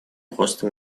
просто